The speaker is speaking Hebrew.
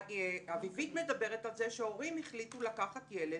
אביבית מדברת על כך שההורים החליטו לקחת ילד